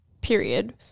period